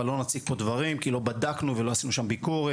אבל לא נציף פה דברים כי לא בדקנו ולא עשינו שם ביקורת,